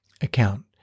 account